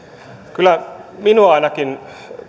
kyllä ainakin minua